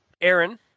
Aaron